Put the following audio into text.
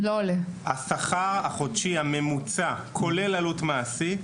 השכר החודשי הממוצע, כולל עלות מעסיק,